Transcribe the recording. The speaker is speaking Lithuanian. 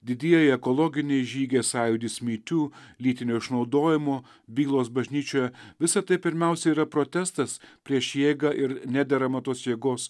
didieji ekologiniai žygiai sąjūdis my tiu lytinio išnaudojimo bylos bažnyčioje visa tai pirmiausia yra protestas prieš jėgą ir nederamą tos jėgos